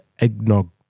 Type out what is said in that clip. eggnog